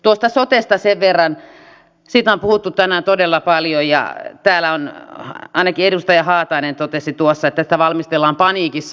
sotesta sen verran siitä on puhuttu tänään todella paljon että ainakin edustaja haatainen totesi tuossa että sitä valmistellaan paniikissa